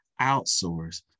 outsource